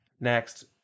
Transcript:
next